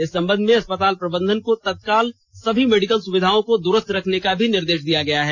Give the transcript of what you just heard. इस संबंध में अस्पताल प्रबंधन को तत्काल सभी मेडिकल सुविधाओं को दुरुस्त रखने का भी निर्देश दिया गया है